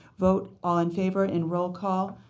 vote all in favor in roll call,